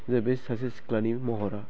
जे बे सासे सिख्लानि महरा